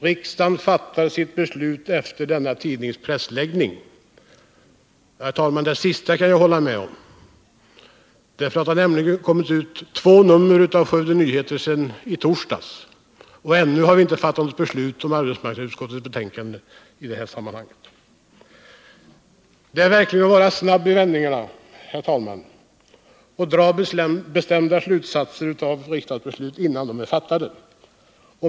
Riksdagen fattade sitt beslut efter den här tidningens pressläggning.” Herr talman! Det sista kan jag hålla med om. Det har nämligen kommit ut två nummer av Skövde Nyheter sedan i torsdags, och ännu har det inte i det här sammanhanget fattats något beslut med anledning av arbetsmarknadsutskottets betänkande. Det är verkligen att vara snabb i vändningarna, herr talman, att dra bestämda slutsatser av riksdagsbeslut innan de är fattade.